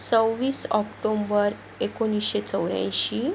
सव्वीस ऑक्टोंबर एकोणिसशे चौऱ्याऐंशी